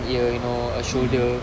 ear you know as shoulder